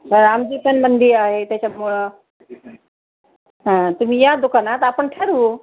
आमची पण मंदी आहे त्याच्यामुळं हां तुम्ही या दुकानात आपण ठरवू